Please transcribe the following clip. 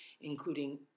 including